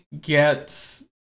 get